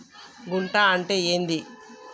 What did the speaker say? గుంట అంటే ఏంది?